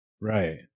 Right